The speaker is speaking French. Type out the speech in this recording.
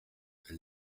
elle